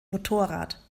motorrad